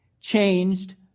changed